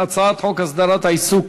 הצעת חוק הסדרת העיסוק